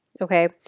okay